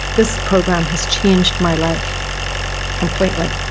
this program has changed my life completely.